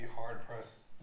hard-pressed